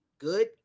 Good